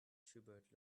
schubert